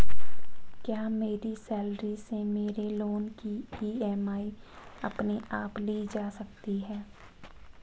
क्या मेरी सैलरी से मेरे लोंन की ई.एम.आई अपने आप ली जा सकती है?